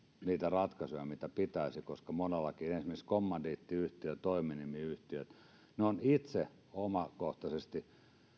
niitä ratkaisuja mitä pitäisi koska moni yrittäjä esimerkiksi kommandiittiyhtiöt toiminimiyhtiöt itse omakohtaisesti